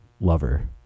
Lover